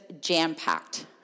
jam-packed